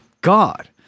god